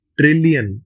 trillion